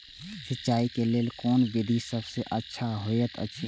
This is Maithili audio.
सिंचाई क लेल कोन विधि सबसँ अच्छा होयत अछि?